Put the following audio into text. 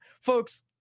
folks